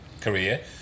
career